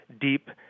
deep